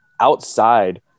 outside